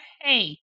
Hey